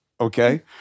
okay